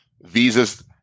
Visa's